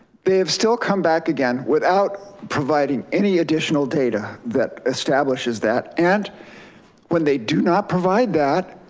they've still come back again without providing any additional data that establishes that. and when they do not provide that,